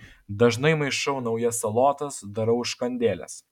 dažnai maišau naujas salotas darau užkandėles